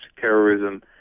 terrorism